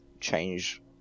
change